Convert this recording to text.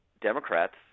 Democrats